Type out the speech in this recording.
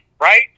right